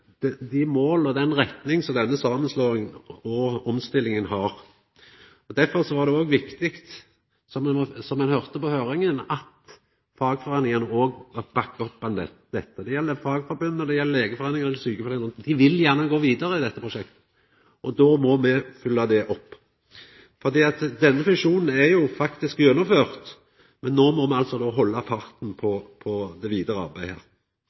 dei måla og den retninga som denne omstillinga har. Derfor var det òg viktig, som ein høyrde i høyringa, at fagforeiningane òg bakkar opp dette. Det gjeld fagforbunda, og det gjeld Legeforeininga og andre foreiningar. Dei vil gjerne gå vidare med dette prosjektet. Då må me følgja det opp, for denne fusjonen er jo faktisk gjennomført. Men no må me halda farten oppe i det vidare arbeidet.